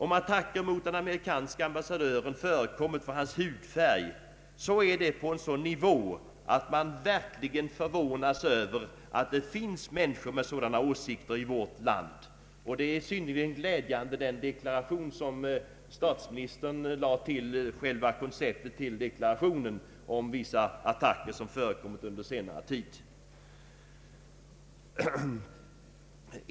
Om attacker mot den amerikanske ambassadören förekommit för hans hudfärg, så är det på en sådan nivå att man verkligen förvånas över att det finns människor med sådana åsikter i vårt land. Den deklaration är synnerligen glädjande som statsministern lade till konceptet till regeringsmeddelandet om vissa attacker som förekommit under senare tid.